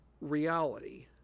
reality